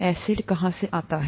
acid कहां से आता है